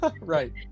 right